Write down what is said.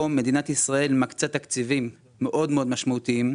מדינת ישראל מקצה תקציבים מאוד משמעותיים,